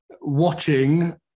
watching